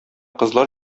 кызлар